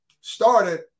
started